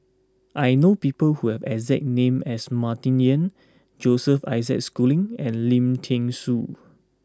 I know people who have the exact name as Martin Yan Joseph Isaac Schooling and Lim Thean Soo